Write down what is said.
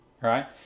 right